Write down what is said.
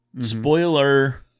Spoiler